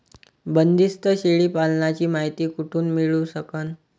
बंदीस्त शेळी पालनाची मायती कुठून मिळू सकन?